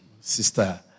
sister